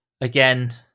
Again